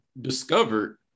discovered